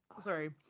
sorry